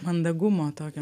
mandagumo tokio